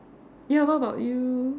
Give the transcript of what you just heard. ya what about you